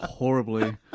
Horribly